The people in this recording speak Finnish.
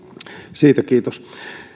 siitä kiitos